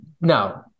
No